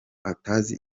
atazi